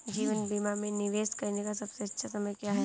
जीवन बीमा में निवेश करने का सबसे अच्छा समय क्या है?